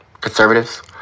conservatives